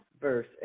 verse